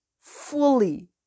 fully